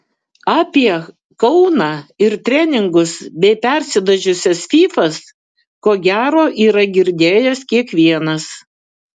apie kauną ir treningus bei persidažiusias fyfas ko gero yra girdėjęs kiekvienas